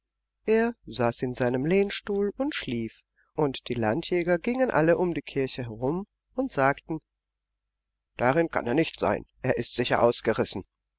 er saß in seinem lehnstuhl und schlief und die landjäger gingen alle um die kirche herum und sagten darin kann er nicht sein er ist sicher ausgerissen